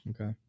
Okay